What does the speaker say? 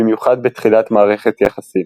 במיוחד בתחילת מערכת יחסים.